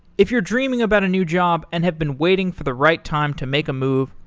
if you're dreaming about a new job and have been waiting for the right time to make a move,